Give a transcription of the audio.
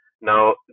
Now